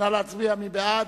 נא להצביע, מי בעד,